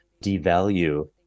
devalue